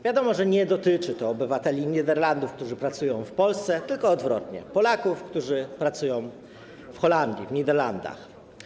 Wiadomo, że nie dotyczy to obywateli Niderlandów, którzy pracują w Polsce, tylko odwrotnie - Polaków, którzy pracują w Holandii, w Niderlandach.